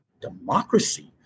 democracy